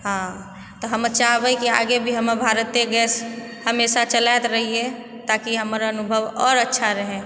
हाँ तऽ हम चाहबै कि आगे भी हमर भारते गैस हमेशा चलैत रहियै ताकि हमर अनुभव आओर अच्छा रहै